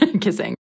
kissing